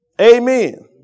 Amen